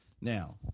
now